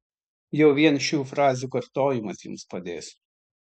jau vien šių frazių kartojimas jums padės